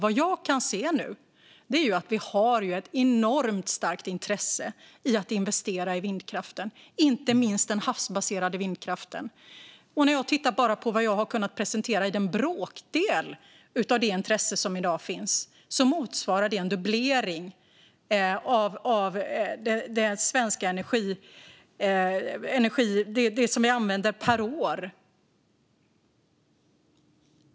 Vad jag kan se nu finns det ett enormt starkt intresse i att investera i vindkraften, inte minst den havsbaserade vindkraften. När jag tittar på vad jag har kunnat presentera är det bara en bråkdel av det intresse som i dag finns, och det motsvarar en dubblering av den energi som vi använder per år.